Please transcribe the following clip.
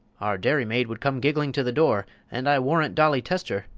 our dairy-maid would come giggling to the door, and i warrant dolly tester,